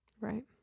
Right